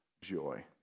joy